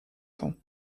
temps